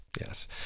yes